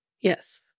Yes